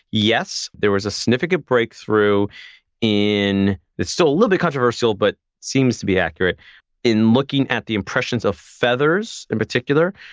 yes, there was a significant breakthrough it's still a little bit controversial, but seems to be accurate in looking at the impressions of feathers in particular,